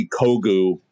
Kogu